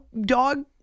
dog